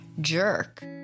jerk